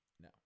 no